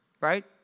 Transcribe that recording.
right